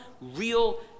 real